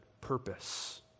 purpose